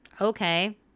okay